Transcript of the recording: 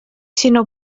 sinó